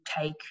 take